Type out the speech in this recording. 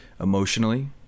emotionally